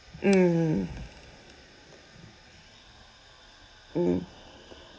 mm mm